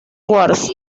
wars